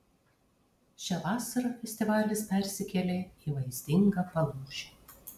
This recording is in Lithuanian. šią vasarą festivalis persikėlė į vaizdingą palūšę